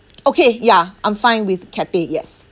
okay ya I'm fine with Cathay yes